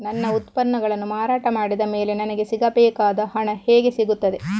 ನನ್ನ ಉತ್ಪನ್ನಗಳನ್ನು ಮಾರಾಟ ಮಾಡಿದ ಮೇಲೆ ನನಗೆ ಸಿಗಬೇಕಾದ ಹಣ ಹೇಗೆ ಸಿಗುತ್ತದೆ?